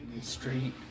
street